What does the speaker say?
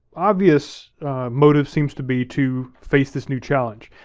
obvious motive seems to be to face this new challenge.